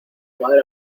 madre